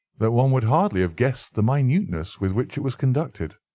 that one would hardly have guessed the minuteness with which it was conducted.